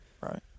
Right